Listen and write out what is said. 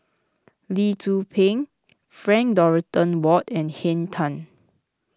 Lee Tzu Pheng Frank Dorrington Ward and Henn Tan